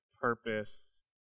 purpose